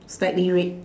slightly red